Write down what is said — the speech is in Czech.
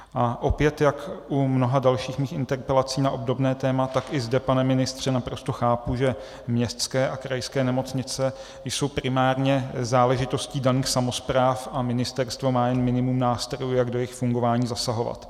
A opět, jak u mnoha dalších mých interpelací na obdobné téma, tak i zde, pane ministře, naprosto chápu, že městské a krajské nemocnice jsou primárně záležitostí daných samospráv a ministerstvo má jen minimum nástrojů, jak do jejich fungování zasahovat.